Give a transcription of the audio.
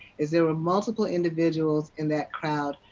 as there were multiple individuals in that crowd,